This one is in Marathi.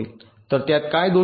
तर त्यात काय दोष आढळू शकतात